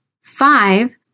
Five